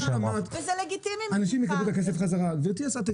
------ זה לגיטימי --- תגידי שאנשים יקבלו את הכסף חזרה.